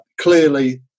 Clearly